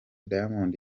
diamond